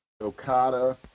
Okada